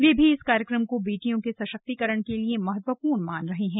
वे भी इस कार्यक्रम को बेटियों के सशक्तिकरण के लिए महत्वपूर्ण मानते हैं